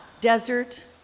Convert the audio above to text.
Desert